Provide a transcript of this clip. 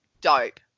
Dope